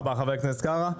תודה רבה חבר הכנסת קארה.